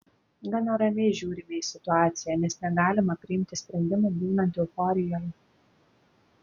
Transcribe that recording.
gana ramiai žiūrime į situaciją nes negalima priimti sprendimų būnant euforijoje